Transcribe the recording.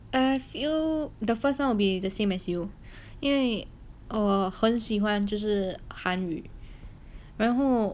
I feel the first one will be the same as you 因为我很喜欢就是韩语然后